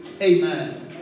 Amen